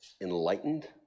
enlightened